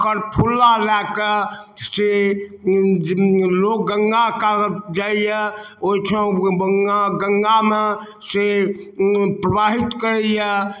ओकर फुल्ला लऽ कऽ से लोक गङ्गा कात जाइए ओहिठाम ओहुना गङ्गामे से प्रवाहित करैए